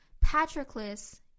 Patroclus